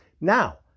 Now